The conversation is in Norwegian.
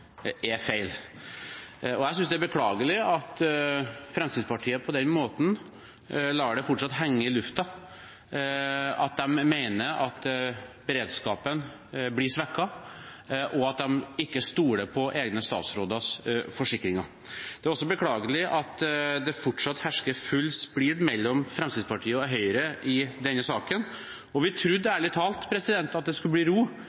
er feil. Jeg synes det er beklagelig at Fremskrittspartiet på den måten fortsatt lar det henge i lufta at de mener at beredskapen blir svekket, og at de ikke stoler på egne statsråders forsikringer. Det er også beklagelig at det fortsatt hersker full splid mellom Fremskrittspartiet og Høyre i denne saken. Vi trodde ærlig talt at det skulle bli ro,